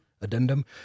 addendum